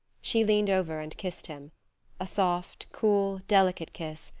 she leaned over and kissed him a soft, cool, delicate kiss,